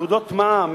תעודות מע"מ,